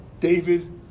David